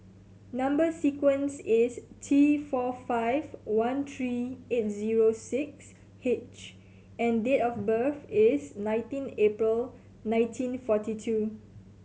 number sequence is T four five one three eight zero six H and date of birth is nineteen April nineteen forty two